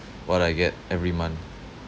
what I get every month